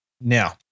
Now